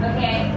Okay